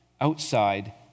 outside